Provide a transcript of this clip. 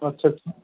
अच्छा अच्छा